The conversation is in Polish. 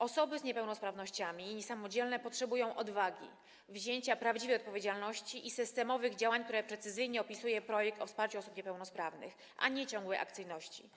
Osoby z niepełnosprawnościami, niesamodzielne potrzebują odwagi wzięcia prawdziwiej odpowiedzialności, jak również systemowych działań, które precyzyjnie opisuje projekt o wsparciu osób niepełnosprawnych, a nie ciągłej akcyjności.